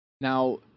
now